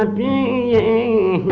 ah da